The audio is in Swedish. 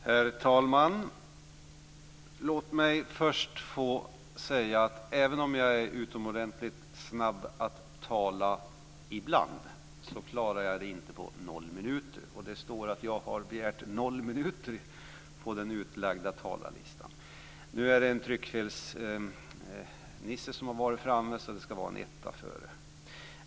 Herr talman! Låt mig först få säga att även om jag är utomordentligt snabb att tala ibland så klarar jag det inte på 0 minuter. Det står att jag har begärt 0 minuter på den utlagda talarlistan. Nu är det Tryckfelsnisse som har varit framme, och det ska vara en etta före.